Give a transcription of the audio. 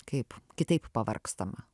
kaip kitaip pavargstama